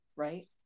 right